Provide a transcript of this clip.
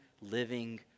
living